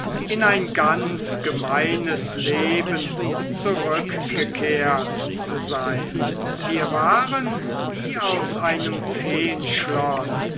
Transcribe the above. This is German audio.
in ein ganz gemeines leben zurückgekehrt zu sein wir waren wie aus einem